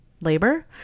labor